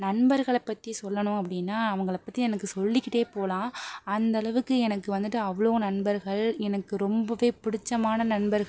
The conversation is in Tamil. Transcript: நண்பர்களை பற்றி சொல்லணும் அப்படின்னா அவங்கள பற்றி எனக்கு சொல்லிக்கிட்டே போகலாம் அந்தளவுக்கு எனக்கு வந்துட்டு அவ்வளோ நண்பர்கள் எனக்கு ரொம்பவே பிடிச்சமான நண்பர்கள்